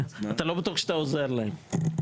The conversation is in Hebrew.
לא בטוח שאתה עוזר להם.